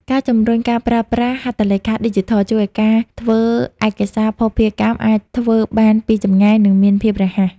ការជំរុញការប្រើប្រាស់ "ហត្ថលេខាឌីជីថល" ជួយឱ្យការធ្វើឯកសារភស្តុភារកម្មអាចធ្វើបានពីចម្ងាយ និងមានភាពរហ័ស។